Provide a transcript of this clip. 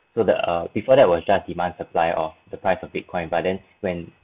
so the err before that was just demand supply of the price of bitcoin but then when